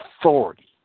authority